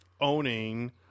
owning